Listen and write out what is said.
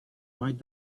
right